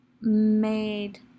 made